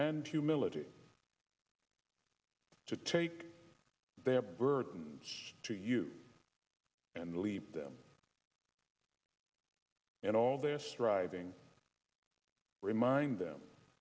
and humility to take their burdens to you and lead them and all their striving remind them